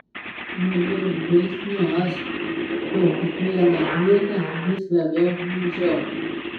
nuo jos žvilgsnio aš su kiekviena akimirka vis labiau gniužau